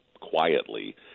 quietly